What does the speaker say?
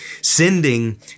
Sending